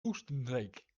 oostenrijk